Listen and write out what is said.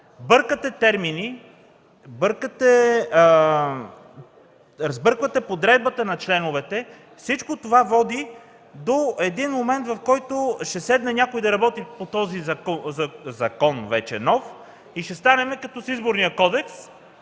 Бъркате термини, сбърквате подредбата на членовете, всичко това води до един момент, в който ще седне някой да работи по този вече нов закон и ще стане като с Изборния кодекс